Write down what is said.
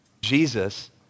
Jesus